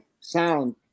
sound